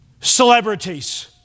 celebrities